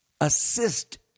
Assist